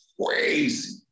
crazy